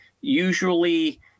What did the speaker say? usually